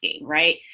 Right